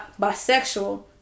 bisexual